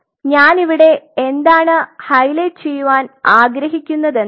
അതിനാൽ ഞാൻ ഇവിടെ എന്താണ് ഹൈലൈറ്റ് ചെയുവാൻ ആഗ്രഹിക്കുന്നതെന്നാൽ